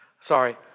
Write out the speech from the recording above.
sorry